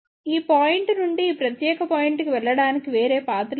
ఈ పాయింట్ నుండి ఈ ప్రత్యేక పాయింట్ కు వెళ్ళడానికి వేరే పాత్ లేదు